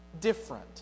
different